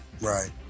Right